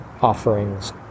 Offerings